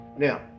Now